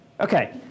Okay